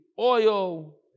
oil